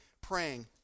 praying